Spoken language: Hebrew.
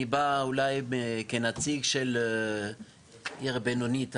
ואני בא כנציג של עיר בינונית היום,